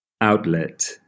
outlet